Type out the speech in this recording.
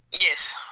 Yes